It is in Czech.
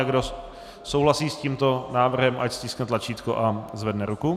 Kdo souhlasí s tímto návrhem, ať stiskne tlačítko a zvedne ruku.